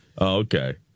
Okay